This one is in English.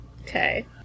Okay